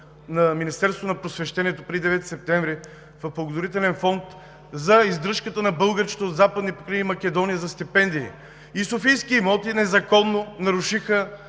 на Министерството на просвещението преди 9-ти септември в Благотворителен фонд за издръжката на българчета в Западни покрайнини и Македония, за стипендии. „Софийски имоти“ незаконно нарушиха